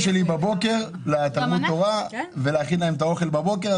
שלי בבוקר לתלמוד תורה ולהכין להם את האוכל בבוקר.